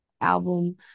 album